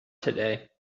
today